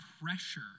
pressure